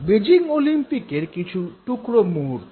Beijing ওলিম্পিকের কিছু টুকরো মুহূর্ত